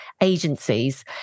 agencies